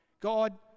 God